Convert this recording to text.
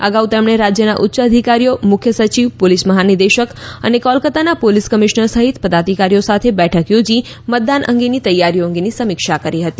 અગાઉ તેમણે રાજ્યના ઉચ્ય અધિકારીઓ મુખ્ય સચિવ ોલીસ મહાનિદેશક અને કોલકાતાના ોલીસ કમિશનર સહિત દાધિકારીઓ સાથે બેઠક યોજી મદાનની તૈયારીઓ અંગે સમીક્ષા કરી હતી